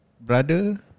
Brother